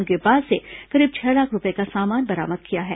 उनके पास से करीब छह लाख रूपये का सामान भी बरामद किया गया है